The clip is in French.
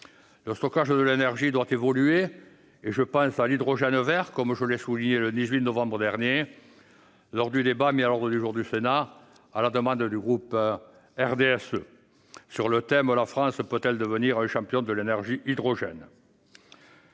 Le stockage de l'énergie doit aussi évoluer. Je pense à l'hydrogène vert, comme je l'ai souligné le 18 novembre dernier, lors du débat mis à l'ordre du jour du Sénat à la demande du groupe RDSE sur le thème :« La France peut-elle devenir un champion de l'énergie hydrogène ?»